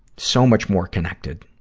so much more connected.